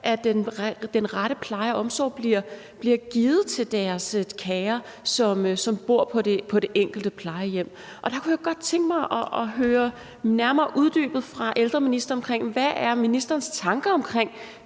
at den rette pleje og omsorg bliver givet til deres kære på det enkelte plejehjem. Og der kunne jeg godt tænke mig at høre ældreministeren nærmere uddybe, hvad ministerens tanker er omkring